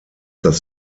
das